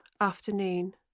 afternoon